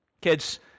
kids